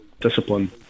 discipline